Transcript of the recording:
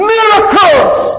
Miracles